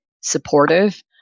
supportive